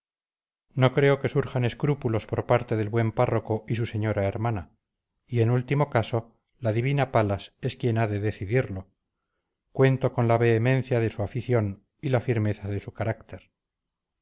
no creo que surjan escrúpulos por parte del buen párroco y su señora hermana y en último caso la divina palas es quien ha de decidirlo cuento con la vehemencia de su afición y la firmeza de su carácter